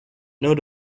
note